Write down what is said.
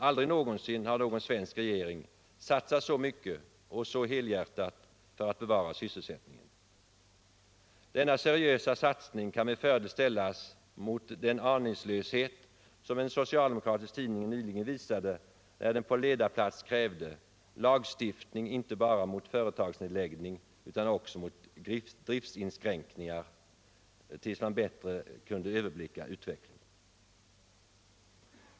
Aldrig någonsin har en svensk regering satsat så mycket och så helhjärtat på att bevara sysselsättningen. Denna seriösa satsning kan med fördel ställas mot den aningslöshet som en socialdemokratisk tidning nyligen visade när den på ledarplats krävde lagstiftning inte bara mot företagsnedläggning utan också mot driftinskränkningar tills man bättre kan överblicka utvecklingen.